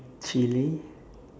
chilly